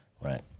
Right